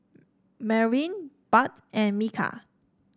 Merwin Budd and Micah